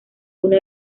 uno